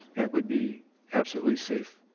that would be absolutely safe.